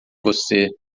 você